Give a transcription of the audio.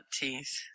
teeth